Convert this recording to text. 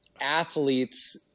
athletes –